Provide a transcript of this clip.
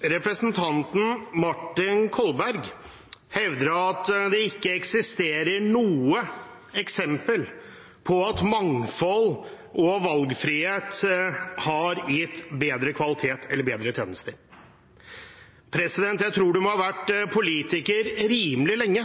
Representanten Martin Kolberg hevder at det ikke eksisterer noe eksempel på at mangfold og valgfrihet har gitt bedre kvalitet eller bedre tjenester. Jeg tror man må ha vært politiker rimelig lenge